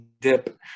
dip